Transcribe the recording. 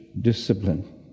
discipline